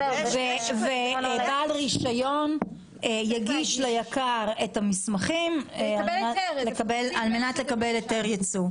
ובעל רישיון יגיש ליק"ר את המסמכים על מנת לקבל היתר יצוא.